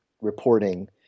reporting